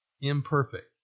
imperfect